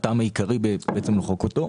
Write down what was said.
הטעם העיקרי למחוק אותו.